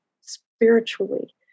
spiritually